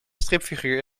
stripfiguur